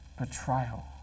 betrayal